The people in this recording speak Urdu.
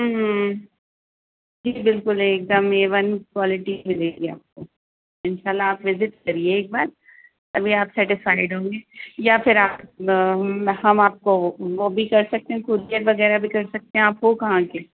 جی بالکل ایک دم اے ون کوالٹی ملے گی آپ کو ان شاء اللہ آپ وزٹ کریے ایک بار ابھی آپ سیٹیسفائیڈ ہوں گے یا پھر آپ ہم آپ کو وہ بھی کر سکتے ہیں کوریئر وغیرہ بھی کر سکتے ہیں آپ کو کہاں کے